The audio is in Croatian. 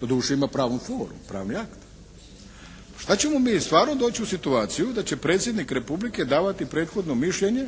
Doduše ima pravnu formu, pravni akt. Šta ćemo mi stvarno doći u situaciju da će Predsjednik Republike davati prethodno mišljenje